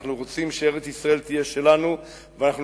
אנחנו רוצים שארץ-ישראל תהיה שלנו ואנחנו